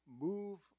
move